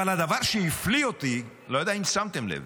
אבל הדבר שהפליא אותי, אני לא יודע אם שמתם לב,